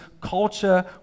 culture